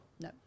no